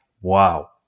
Wow